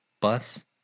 bus